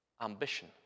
ambition